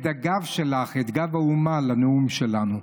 לנאום שלנו.